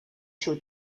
шүү